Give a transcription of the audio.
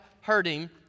hurting